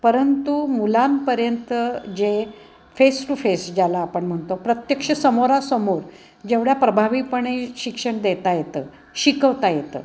परंतु मुलांपर्यंत जे फेस टू फेस ज्याला आपण म्हणतो प्रत्यक्ष समोरासमोर जेवढ्या प्रभावीपणे शिक्षण देता येतं शिकवता येतं